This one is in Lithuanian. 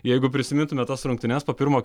jeigu prisimintume tas rungtynes po pirmo